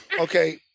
okay